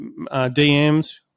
DMs